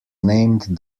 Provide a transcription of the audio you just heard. named